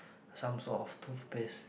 some sort of toothpaste